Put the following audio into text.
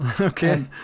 Okay